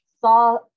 saw